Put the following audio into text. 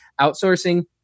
outsourcing